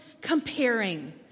comparing